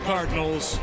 Cardinals